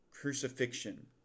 crucifixion